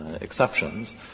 exceptions